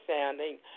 sounding